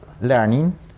learning